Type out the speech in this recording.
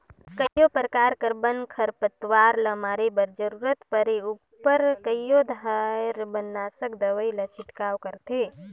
कइयो परकार कर बन, खरपतवार ल मारे बर जरूरत परे उपर कइयो धाएर बननासक दवई कर छिड़काव करथे